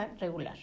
regular